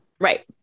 Right